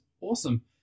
awesome